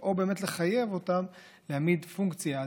או באמת לחייב אותם להעמיד פונקציה,